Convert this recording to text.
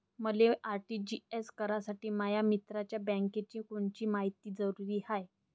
मले आर.टी.जी.एस करासाठी माया मित्राच्या बँकेची कोनची मायती जरुरी हाय?